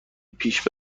پیش